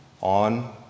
on